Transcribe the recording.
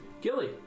Gilly